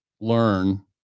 learn